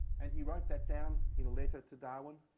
and he wrote that down in a letter to darwin,